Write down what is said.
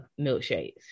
milkshakes